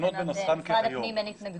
התקנות בנוסחן היום.